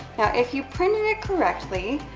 now, if you printed it correctly,